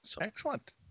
Excellent